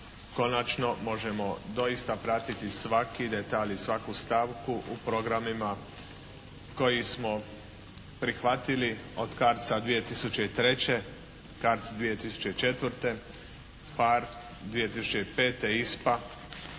Konačno, možemo doista pratiti svaki detalj i svaku stavku u programima koji smo prihvatili od CARDS-a 2003., CARDS 2004., PHARE 2005.,